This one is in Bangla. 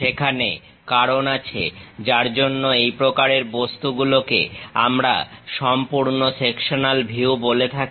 সেখানে কারণ আছে যার জন্য এই প্রকারের বস্তুগুলোকে আমরা সম্পূর্ণ সেকশনাল ভিউ বলে থাকি